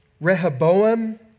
Rehoboam